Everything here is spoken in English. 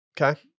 Okay